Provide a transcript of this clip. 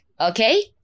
okay